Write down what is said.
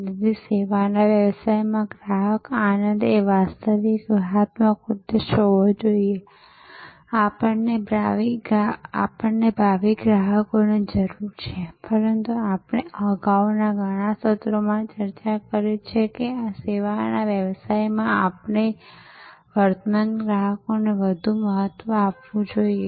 તેથી સેવાના વ્યવસાયમાં ગ્રાહક આનંદ એ વાસ્તવિક વ્યૂહાત્મક ઉદ્દેશ્ય હોવો જોઈએ આપણને ભાવિ ગ્રાહકોની જરૂર છે પરંતુ આપણે અગાઉના ઘણા સત્રોમાં ચર્ચા કરી છે કે સેવાના વ્યવસાયમાં આપણા વર્તમાન ગ્રાહકોને વધુ મહત્ત્વ આપવું જોઈએ